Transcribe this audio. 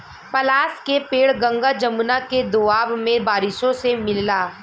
पलाश के पेड़ गंगा जमुना के दोआब में बारिशों से मिलला